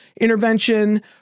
intervention